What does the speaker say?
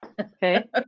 okay